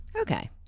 Okay